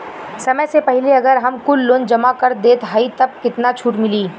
समय से पहिले अगर हम कुल लोन जमा कर देत हई तब कितना छूट मिली?